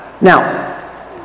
now